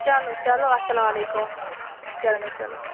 چلو چلو اَسَلامُ علیکُم چلو چلو